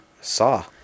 Saw